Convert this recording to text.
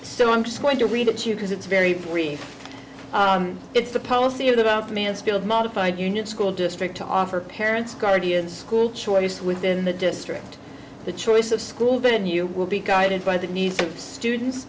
so i'm just going to read it you because it's very brief it's the policy of the mansfield modified union school district to offer parents guardians school choice within the district the choice of school venue will be guided by the needs of students